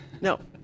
no